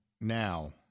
Now